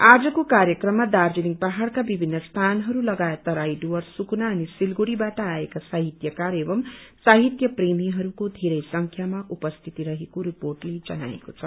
आजको कार्यक्रममा दार्जीलिङ पाहाङका विभिन्न स्थानहरू लगायत तराई क्षेत्र सुकुना अनि सिलगड़ी बाट आएका साहितयकार एवं साहित्यप्रेमीहरूको धेरै संख्यामा उपस्थित रेको रिर्पोटले जनाएको छ